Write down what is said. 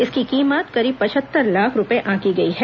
इसकी कीमत करीब पचहत्तर लाख रूपये आंकी गई है